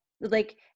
like-